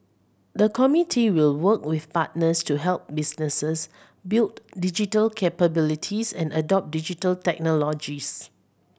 the committee will work with partners to help businesses build digital capabilities and adopt Digital Technologies